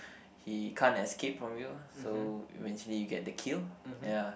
he can't escape from you so eventually he get the kill ya